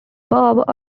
bob